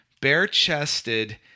bare-chested